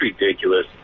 ridiculous